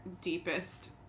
deepest